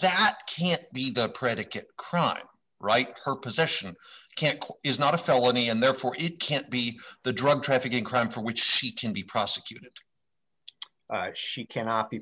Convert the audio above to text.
that can't be the predicate crime right her possession can't is not a felony and therefore it can't be the drug trafficking crime for which she can be prosecuted she cannot be